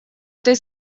этой